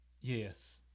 Yes